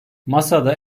masada